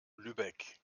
lübeck